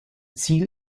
ziel